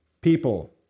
people